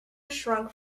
shrunk